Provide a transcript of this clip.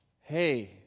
Hey